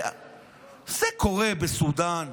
זה קורה בסודאן,